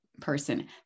person